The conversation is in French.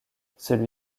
celui